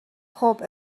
خوب